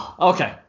Okay